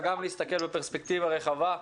אבל גם להסתכל בפרספקטיבה רחבה,